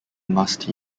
must